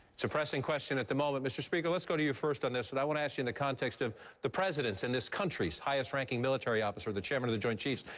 it's a pressing question at the moment. mr. speaker, let's go to you first on this one. but i want to ask you in the context of the president's and this country's highest ranking military officer, the chairman of the joint chiefs,